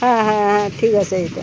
হ্যাঁ হ্যাঁ হ্যাঁ ঠিক আছে এটা